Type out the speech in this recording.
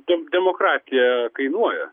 demokratija kainuoja